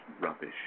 rubbish